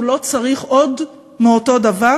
הוא לא צריך עוד מאותו דבר,